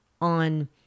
on